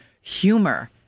humor